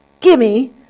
Gimme